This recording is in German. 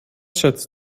schätzt